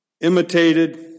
imitated